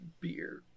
beer